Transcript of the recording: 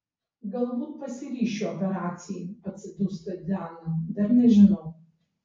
galbūt pasiryšiu operacijai atsidūsta dana dar nežinau